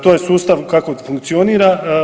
To je sustav kako funkcionira.